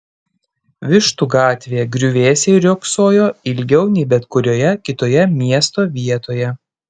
vištų gatvėje griuvėsiai riogsojo ilgiau nei bet kurioje kitoje miesto vietoje